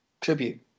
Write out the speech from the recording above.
Tribute